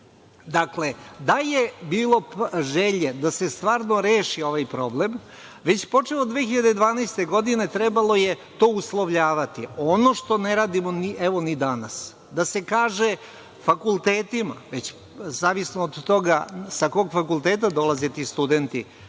Srbija. Dakle, da je bilo želje da se stvarno reši ovaj problem, već počev od 2012. godine trebalo je to uslovljavati, ono što ne radimo evo ni danas, da se kaže fakultetima, već zavisno od toga sa kog fakulteta dolaze ti studenti.